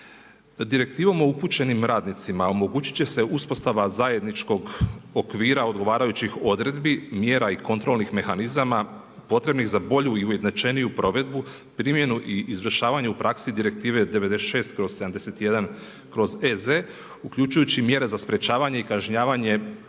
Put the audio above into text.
Direktivom o upućenim radnicima omogućiti će se uspostava zajedničkog okvira odgovarajućih odredbi mjera i kontrolnih mehanizama potrebnih za bolju i ujednačeniju provedbu primjenu i izvršavanje u praksi Direktive 96/71/EZ uključujući mjere za sprječavanje i kažnjavanje